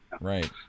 Right